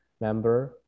member